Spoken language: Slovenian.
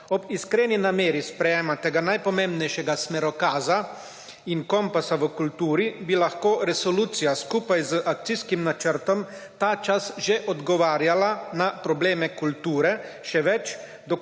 Ob iskreni nameri sprejema tega najpomembnejšega smerokaza in kompasa v kulturi bi lahko resolucija skupaj z akcijskim načrtom ta čas že odgovarjala na probleme kulture, še več,